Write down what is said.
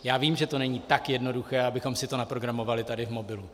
Já vím, že to není tak jednoduché, abychom si to naprogramovali tady v mobilu.